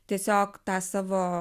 tiesiog tą savo